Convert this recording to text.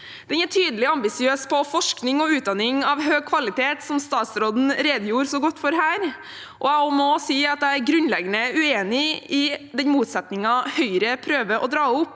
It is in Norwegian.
Den er tydelig og ambisiøs på forskning og utdanning av høy kvalitet, som statsråden redegjorde så godt for her. Jeg må også si at jeg er grunnleggende uenig i den motsetningen Høyre prøver å dra opp